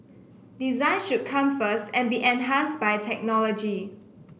design should come first and be enhanced by technology